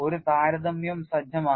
ഒരു താരതമ്യവും സജ്ജമാക്കി